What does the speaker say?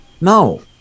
No